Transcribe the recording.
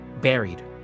Buried